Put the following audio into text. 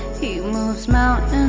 he moves mountains